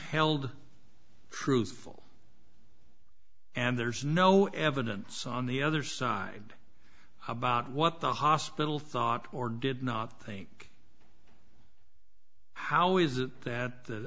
held truthful and there's no evidence on the other side how about what the hospital thought or did not think how is it that the